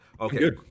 okay